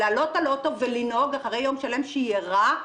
לעלות על אוטו ולנהוג אחרי יום שלם בו היא ערה,